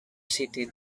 city